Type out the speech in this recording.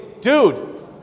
dude